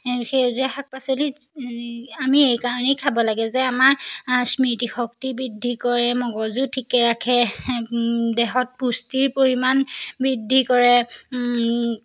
সেউজীয়া শাক পাচলি আমি এইকাৰণেই খাব লাগে যে আমাৰ স্মৃতিশক্তি বৃদ্ধি কৰে মগজু ঠিকে ৰাখে দেহত পুষ্টিৰ পৰিমাণ বৃদ্ধি কৰে